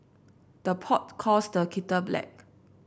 the pot calls the kettle black